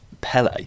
Pele